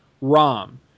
ROM